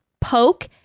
poke